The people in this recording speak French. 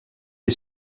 est